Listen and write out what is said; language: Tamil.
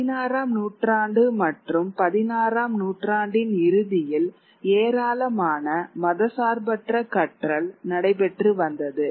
பதினாறாம் நூற்றாண்டு மற்றும் பதினாறாம் நூற்றாண்டின் இறுதியில் ஏராளமான மதச்சார்பற்ற கற்றல் நடைபெற்று வந்தது